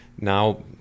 Now